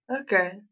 Okay